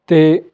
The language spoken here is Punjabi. ਅਤੇ